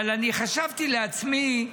אבל אני חשבתי לעצמי: